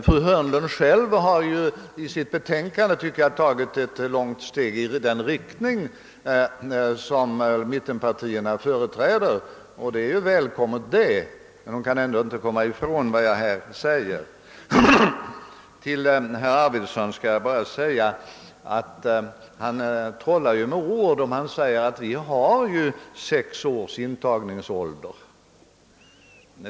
Fru Hörnlund har i sitt betänkande tagit ett steg i den riktning som mittenpartierna företräder, och det är naturligtvis välkommet. Herr Arvidson trollar med ord när han säger att vi har sex år som intagningsålder.